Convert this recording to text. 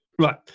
right